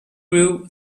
grew